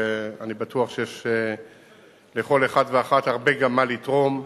אני בטוח שיש לכל אחד ואחת הרבה גם מה לתרום,